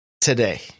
today